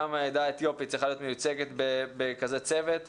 גם העדה האתיופית צריכה להיות מיוצגת בצוות כזה.